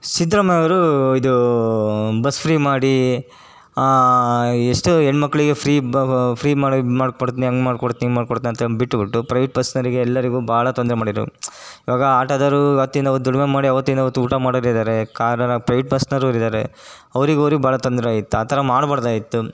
ಸಿದ್ಧರಾಮಯ್ಯವ್ರು ಇದು bus free ಮಾಡಿ ಎಷ್ಟು ಹೆಣ್ಮಕ್ಳಿಗೆ ಫ್ರೀ ಬ ಫ್ರೀ ಮಾಡಿ ಮಾಡಿ ಕೊಡ್ತೀನಿ ಹಂಗೆ ಮಾಡ್ಕೊಡ್ತೀನಿ ಹಿಂಗೆ ಮಾಡ್ಕೊಡ್ತೀನಿ ಅಂತೇಳಿ ಬಿಟ್ಟುಬಿಟ್ಟು ಪ್ರೈವೇಟ್ ಬಸ್ನೋರಿಗೆ ಎಲ್ಲರಿಗೂ ಭಾಳ ತೊಂದರೆ ಮಾಡಿದ್ರು ಇವಾಗ ಆಟೋದವರು ಅವತ್ತಿಂದ ಅವತ್ತು ದುಡಿಮೆ ಮಾಡಿ ಅವತ್ತಿಂದ ಅವತ್ತು ಊಟ ಮಾಡೋರಿದ್ದಾರೆ ಕಾರನ ಪ್ರೈಯೇಟ್ ಬಸ್ನೋರು ಇದ್ದಾರೆ ಅವ್ರಿಗವ್ರಿಗೆ ಭಾಳ ತೊಂದರೆ ಆಗಿತ್ತು ಆ ಥರ ಮಾಡಬಾರ್ದಾಗಿತ್ತು